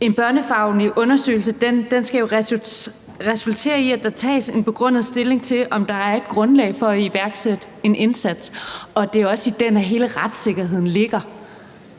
En børnefaglig undersøgelse skal jo resultere i, at der tages en begrundet stilling til, om der er et grundlag for at iværksætte en indsats, og det er også i den, hele retssikkerheden ligger.